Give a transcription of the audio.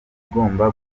igomba